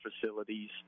facilities